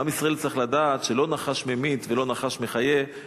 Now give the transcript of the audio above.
ועם ישראל צריך לדעת שלא נחש ממית ולא נחש מחיה,